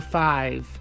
five